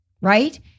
right